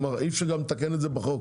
אי אפשר גם לתקן את זה בחוק.